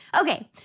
Okay